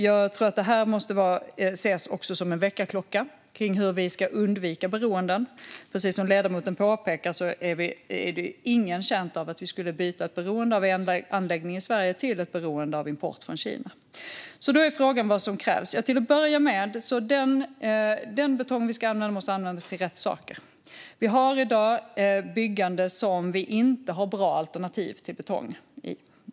Jag tror att detta måste ses som en väckarklocka för hur vi ska undvika beroenden. Precis som ledamoten påpekar är ingen betjänt av vi skulle byta ett beroende av en anläggning i Sverige till ett beroende av import från Kina. Frågan är då vad som krävs. Till att börja med måste den betong vi ska använda användas till rätt saker. Vi har i dag byggande där vi inte har bra alternativ till betong.